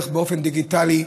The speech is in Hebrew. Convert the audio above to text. באופן דיגיטלי,